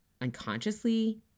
unconsciously